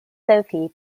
sophie